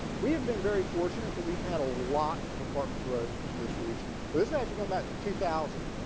we have been very fortunate that we've had a lot of apartment growth in this region. so this as you go back to two thousand.